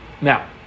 now